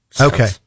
Okay